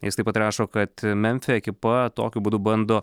jis taip pat rašo kad memfio ekipa tokiu būdu bando